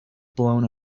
blown